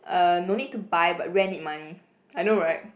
uh no need to buy but rent need money I know right